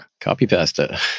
Copy-pasta